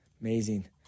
amazing